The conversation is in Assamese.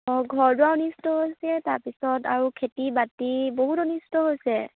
অঁ ঘৰ দুৱাৰ অনিষ্ট হৈছে তাৰপিছত আৰু খেতি বাতি বহুত অনিষ্ট হৈছে